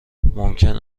ممکن